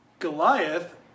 Goliath